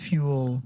Fuel